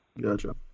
gotcha